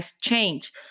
change